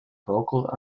vocal